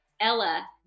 Ella